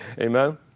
amen